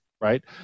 right